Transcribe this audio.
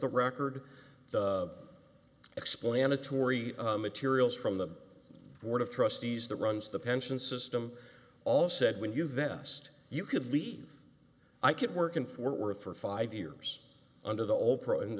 the record the explanatory materials from the board of trustees that runs the pension system all said when you vest you could leave i could work in fort worth for five years under the oprah and